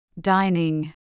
Dining